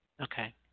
Okay